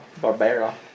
Barbara